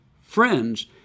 friends